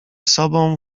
sobą